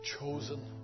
chosen